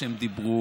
והן אמרו: